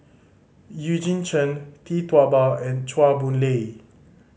Eugene Chen Tee Tua Ba and Chua Boon Lay